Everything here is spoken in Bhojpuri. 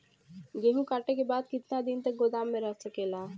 गेहूँ कांटे के बाद कितना दिन तक गोदाम में रह सकेला?